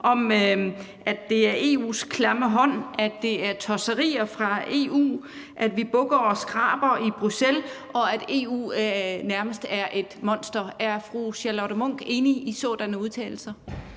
om, at det er »EU's klamme hånd«, at det er »tosserier fra EU«, at »vi bukker og skraber i Bruxelles«, og at »EU nærmest er et monster«. Er fru Charlotte Munch enig i sådanne udtalelser?